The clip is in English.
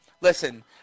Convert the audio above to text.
listen